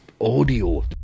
audio